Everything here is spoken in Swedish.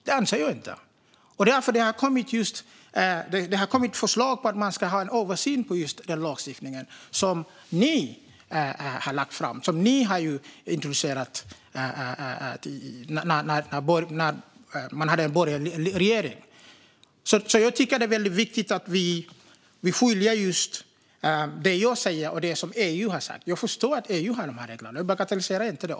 Det anser inte jag. Det har kommit förslag om att göra en översyn av just den lagstiftning som ni introducerade när vi hade en borgerlig regering. Jag tycker att det är viktigt att vi skiljer på det som jag säger och det som EU har sagt. Jag förstår att EU har de här reglerna och bagatelliserar inte det.